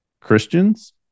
Christians